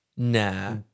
Nah